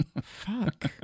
Fuck